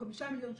5 מיליון שקלים,